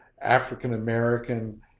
African-American